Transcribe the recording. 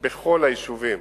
בכל היישובים